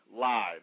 live